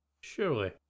surely